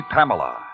Pamela